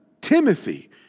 Timothy